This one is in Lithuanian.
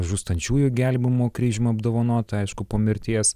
žūstančiųjų gelbėjimo kryžium apdovanota aišku po mirties